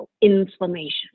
inflammation